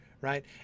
Right